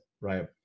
right